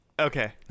Okay